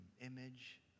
image